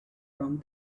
from